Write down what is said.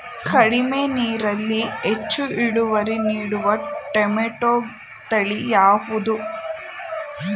ಕಡಿಮೆ ನೀರಿನಲ್ಲಿ ಹೆಚ್ಚು ಇಳುವರಿ ನೀಡುವ ಟೊಮ್ಯಾಟೋ ತಳಿ ಯಾವುದು?